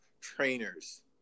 trainers